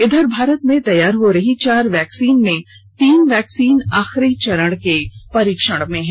इधर भारत में तैयार हो रही चार वैक्सीन में तीन वैक्सीन आखिरी चरण के परीक्षण में है